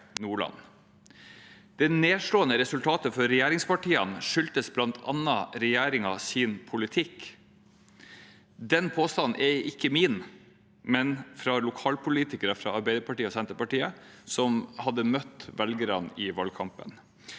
Det nedslående resultatet for regjeringspartiene skyldtes bl.a. regjeringens politikk. Den påstanden er ikke min, den kommer fra lokalpolitikere fra Arbeiderpartiet og Senterpartiet, som møtte velgerne i valgkampen.